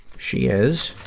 she is,